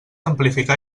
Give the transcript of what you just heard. amplificar